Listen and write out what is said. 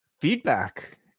Feedback